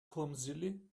clumsily